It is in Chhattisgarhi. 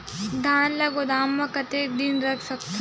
धान ल गोदाम म कतेक दिन रख सकथव?